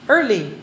Early